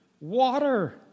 water